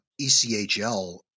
ECHL